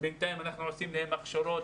בינתיים אנחנו עושים להם הכשרות,